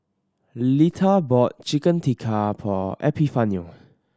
Letha bought Chicken Tikka for Epifanio